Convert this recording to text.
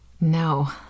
No